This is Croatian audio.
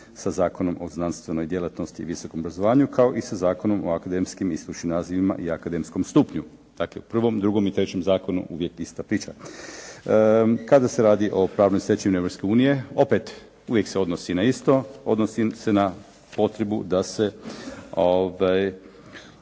sa Zakonom o znanstvenoj djelatnosti i visokom obrazovanju, kao i sa Zakonom o akademskim i stručnim nazivima i akademskom stupnju. Dakle, 1., 2. i 3. zakonu, uvijek ista priča. Kada se radi o pravnoj stečevini Europske unije, opet uvijek se odnosi na isto, odnosi se na potrebu da se